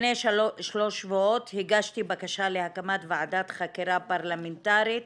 לפני שלושה שבועות הגשתי בקשה להקמת ועדת חקירה פרלמנטארית